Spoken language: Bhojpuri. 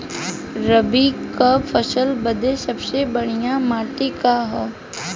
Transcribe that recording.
रबी क फसल बदे सबसे बढ़िया माटी का ह?